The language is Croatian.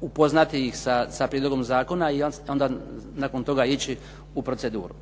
upoznati ih sa prijedlogom zakona i onda nakon toga ići u proceduru.